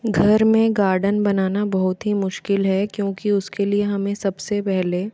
घर में गार्डन बनाना बहुत ही मुश्किल है क्योंकि उसके लिए हमें सबसे पहले